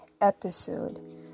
episode